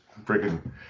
freaking